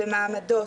במעמדות,